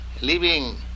living